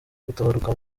gutabaruka